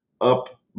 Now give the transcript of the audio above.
up